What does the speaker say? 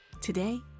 Today